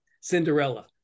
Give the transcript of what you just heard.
Cinderella